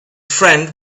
friend